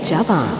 Java